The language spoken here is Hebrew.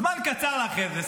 זמן קצר אחרי זה,